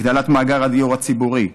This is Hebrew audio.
הגדלת מאגר הדיור הציבורי,